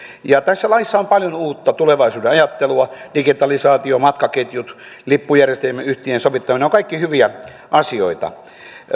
tässä laissa on paljon uutta tulevaisuuden ajattelua digitalisaatio matkaketjut lippujärjestelmien yhteensovittaminen ne ovat kaikki hyviä asioita